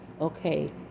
okay